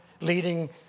leading